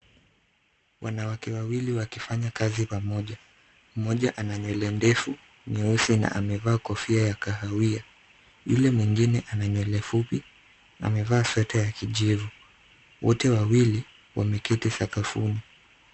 Wanawake wawili wakifanya kazi pamoja. Mmoja ana nywele ndefu, mweusi na amevaa kofai ya kahawia. Yule mwingine ana nywele fupi na amevaa sweta ya kijivu. Wote wawili wameketi sakafuni.